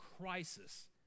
crisis